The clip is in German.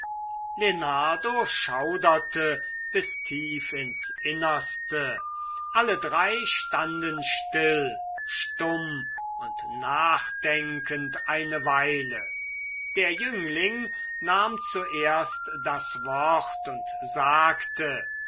schauderte bis tief ins innerste alle drei standen still stumm und nachdenkend eine weile der jüngling nahm zuerst das wort und sagte